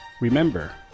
Remember